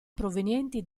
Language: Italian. provenienti